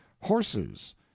horses